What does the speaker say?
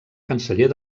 canceller